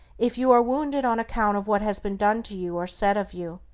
if you are wounded on account of what has been done to you or said of you,